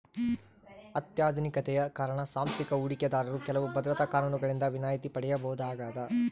ಅತ್ಯಾಧುನಿಕತೆಯ ಕಾರಣ ಸಾಂಸ್ಥಿಕ ಹೂಡಿಕೆದಾರರು ಕೆಲವು ಭದ್ರತಾ ಕಾನೂನುಗಳಿಂದ ವಿನಾಯಿತಿ ಪಡೆಯಬಹುದಾಗದ